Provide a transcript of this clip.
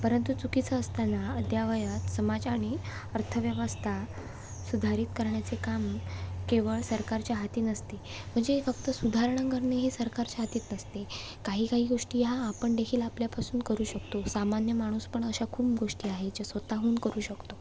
परंतु चुकीचं असताना अद्ययावत समाजाने अर्थव्यवस्था सुधारित करण्याचे काम केवळ सरकारच्या हाती नसते म्हणजे फक्त सुधारणा करणे हे सरकारच्या हाती नसते काहीकाही गोष्टी ह्या आपण देखील आपल्यापासून करू शकतो सामान्य माणूस पण अशा खूप गोष्टी आहे ज्या स्वतःहून करू शकतो